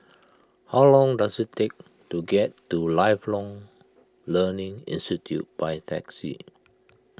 how long does it take to get to Lifelong Learning Institute by taxi